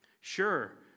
Sure